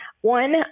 One